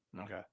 Okay